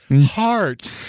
heart